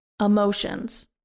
emotions